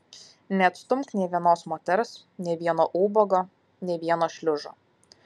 neatstumk nė vienos moters nė vieno ubago nė vieno šliužo